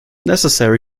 necessary